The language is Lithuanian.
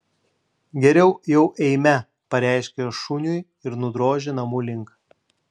geriau jau eime pareiškė šuniui ir nudrožė namų link